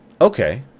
Okay